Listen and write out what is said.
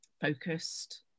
focused